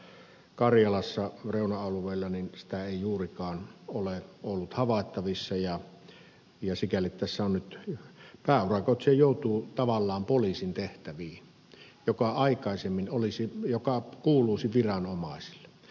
ei sitä ainakaan tuolla karjalassa reuna alueilla juurikaan ole ollut havaittavissa ja sikäli tässä nyt pääurakoitsija joutuu tavallaan poliisin tehtäviin jotka kuuluisivat viranomaisille